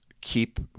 keep